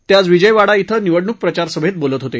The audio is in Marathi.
ते आज विजयवाडा क्विं निवडणूक प्रचार सभेत बोलत होते